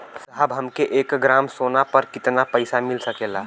साहब हमके एक ग्रामसोना पर कितना पइसा मिल सकेला?